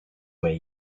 way